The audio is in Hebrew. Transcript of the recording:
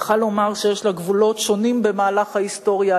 יכול היה לומר שיש לה גבולות שונים במהלך ההיסטוריה,